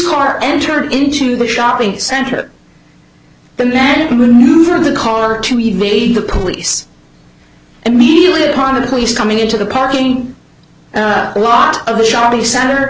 car entered into the shopping center the man who knew for the car to evade the police immediately upon the police coming into the parking lot of the shopping center